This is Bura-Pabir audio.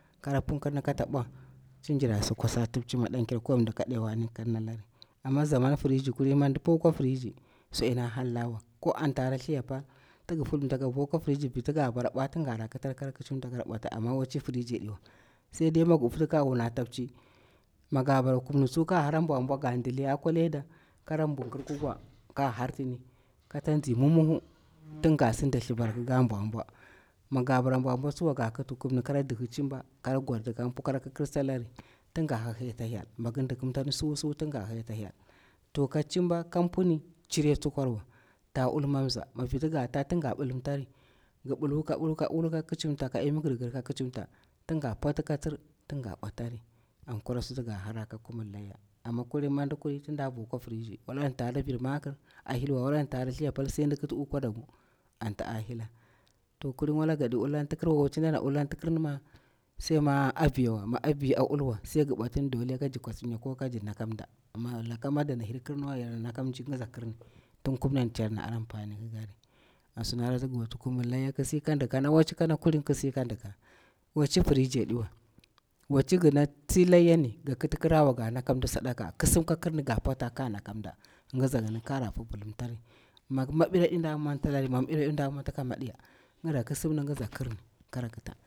Kara punkirni kata ɓwa tin jira si kwasa tipci maɗankyar ko wani mdi ka ɗewani kannalari amma zaman firiji kulin, mindi pol kwa firiji su dina hallawa ko anta hara thliya pal tig fivilimta ka vo kwa firiji vi ti ga bara bwata tin gara kita kara kicinta kara bwata, Amma waci firiji ɗiwa sai de mi gi ufti kagi wuna ta pchi, miga bara kumni tsu ka hara ɓwanbwa, ga ndiliya a kwa ledar kara mbunjir kukwa kahhartini kata zin mummuhu, tin gasi nda thliva kika mbwa mbwa miga bara mbwan mbwa tsuwa ga kiti kumni kara dihi cimba kara gwarti kanpu kara kikirsalari tinga hahi ta hyel mi gin dikimtani su su tinga hahi ta hyel to ka cinba ka mpuni chire tsukwar wa ta ul manza, mi viti ga ta tin ga bilimtari gi bilu kabilu kabilu ka kicimta ka imi girgir ka kicimta tin nga pakti ka tsir tin nga bwatari ankura sutu gahara ka kumur laya. Amma kulin mi ndik kuri tin nda vo kwa kwa firiji wala anta hara vi makir a hilwa, wala anta hara thiya pal ndi kit u kwadaku anti a hila to kulin wala gadi ulanti kirwa waci ndana ulanti kirnima sai ma aviyawa, mi aviya a ulwa, sai gi bwatini dole ka ji kwasimya, ko ka ji naka mda. mi lakama dana hir kirniwa yarana laka mji ngiza kirni tin kumni anti yana anpani kikari an suna hara tigi wuti Kumur layya kisi kandiki ka na waci kana kulin kisi kandika waci firiji diwa waci gina tsi layani ga kiti kirawa ga naka mdi sadaka kisimn ka kirni ga paktari ka naka mda ngiza yini kara fuvilimtari miga mabir nda mwontalari ma mabira diwa nda mwontaka madiya ngiza kisimni ngiza kirni kara kita.